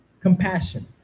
Compassion